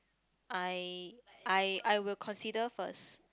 I I I will consider first